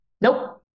nope